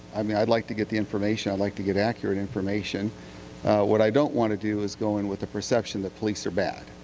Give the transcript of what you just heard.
i mean i'd like to get information, i like to get accurate information what i don't want to do is go in with the perception the police are bad.